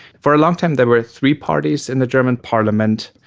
for a long time there were three parties in the german parliament,